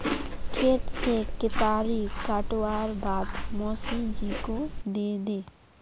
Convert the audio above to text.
खेत से केतारी काटवार बाद मोसी जी को दे दे